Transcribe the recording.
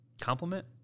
compliment